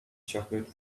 chocolate